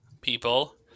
people